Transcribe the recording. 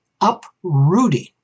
uprooting